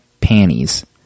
panties